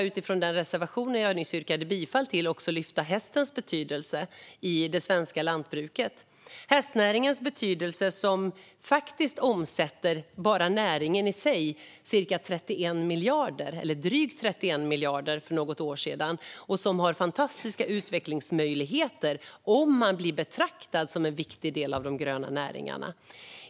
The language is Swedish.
Utifrån den reservation jag nyss yrkade bifall till skulle jag dock vilja lyfta hästens betydelse i det svenska lantbruket. Hästnäringen i sig omsatte faktiskt för några år sedan drygt 31 miljarder. Den har fantastiska utvecklingsmöjligheter om den blir betraktad som en viktig del av de gröna näringarna.